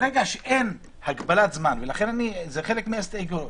ברגע שאין הגבלת זמן ולכן זה חלק מההסתייגויות.